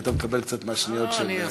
היית מקבל קצת מהשניות של,